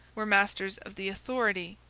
were masters of the authority,